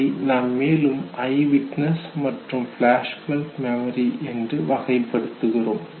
அதை நாம் மேலும் ஐவிட்னஸ் மற்றும் ஃபிளாஷ்பல்ப் மெமரி என்று வகை படுத்துகின்றோம்